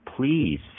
please